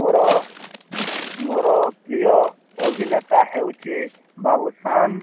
ମୋର ମୋର ପ୍ରିୟ ଅଭିନେତା ହେଉଛି ବାବୁଶାନ